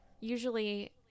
Usually